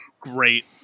Great